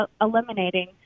eliminating